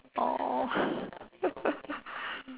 oh